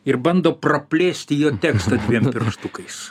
ir bando praplėsti jo tekstą dviem pirštukais